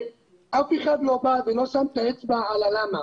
אף אחד לא בא ולא שם את האצבע על ה"למה".